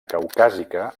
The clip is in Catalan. caucàsica